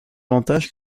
davantage